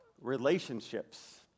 relationships